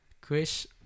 Chris